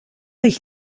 ich